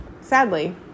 sadly